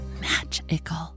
magical